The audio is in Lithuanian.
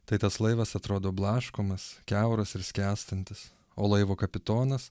tai tas laivas atrodo blaškomas kiauras ir skęstantis o laivo kapitonas